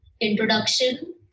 introduction